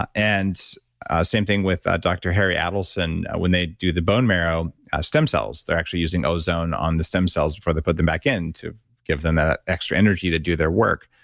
ah and same thing with dr. harry adelson, when they do the bone marrow stem cells, they're actually using ozone on the stem cells before they put them back in, to give them that extra energy to do their work.